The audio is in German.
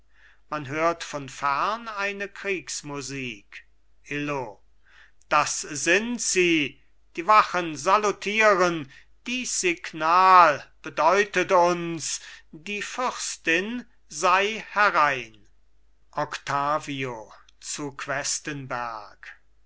man hört von fern eine kriegsmusik illo das sind sie die wachen salutieren dies signal bedeutet uns die fürstin sei herein octavio zu questenberg